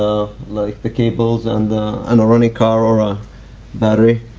ah like the cables and the and running car or ah battery.